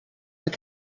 mit